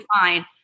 fine